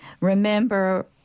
remember